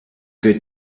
good